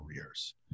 careers